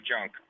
junk